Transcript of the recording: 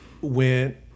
went